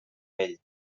vell